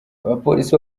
abapolisi